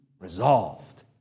resolved